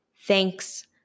thanks